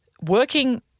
working